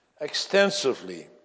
extensively